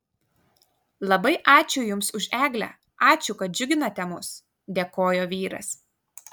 labai ačiū jums už eglę ačiū kad džiuginate mus dėkojo vyras